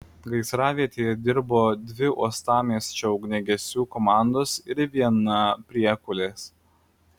gaisravietėje dirbo dvi uostamiesčio ugniagesių komandos ir viena priekulės